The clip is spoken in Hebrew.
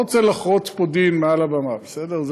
אני לא רוצה לחרוץ פה דין מעל הבמה, בסדר?